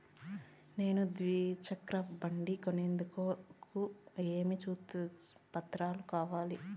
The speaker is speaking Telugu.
నేను ద్విచక్ర బండి కొనేందుకు అప్పు కు ఏమేమి పత్రాలు కావాలి?